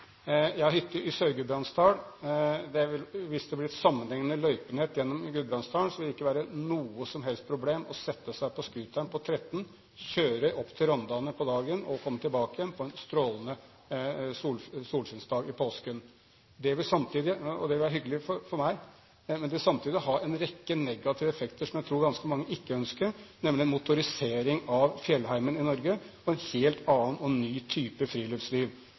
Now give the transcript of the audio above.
hytte i Sør-Gudbrandsdalen. Hvis det blir et sammenhengende løypenett i Gudbrandsdalen, vil det ikke være noe som helst problem på en strålende solskinnsdag i påsken å sette seg på scooteren på Tretten, kjøre opp til Rondane og komme tilbake igjen på dagen. Det ville være hyggelig for meg, men det vil samtidig ha en rekke negative effekter, som jeg tror ganske mange ikke ønsker, nemlig en motorisering av fjellheimen i Norge og en helt annen og ny type friluftsliv,